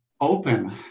open